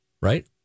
Right